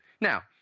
Now